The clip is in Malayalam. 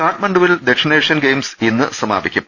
കാഠ്മണ്ഡുവിൽ ദക്ഷിണേഷ്യൻ ഗെയിംസ് ഇന്ന് സമാപിക്കും